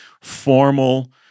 formal